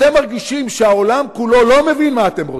אתם מרגישים שהעולם כולו לא מבין מה אתם רוצים,